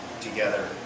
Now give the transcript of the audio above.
together